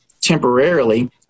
temporarily